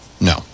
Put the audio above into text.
no